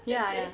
ya ya